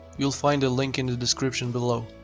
you'll find a link in the description below.